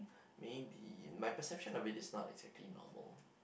maybe my perception of it is not exactly normal